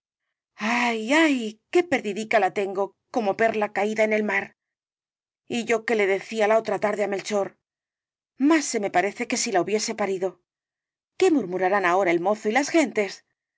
ay ay qué perdidica la tengo como perla caída en el mar y yo que le decía la otra tarde á melchor más se me parece que si la hubiese parido qué murmurarán ahora el mozo y las gentes